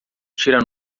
tira